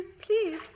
please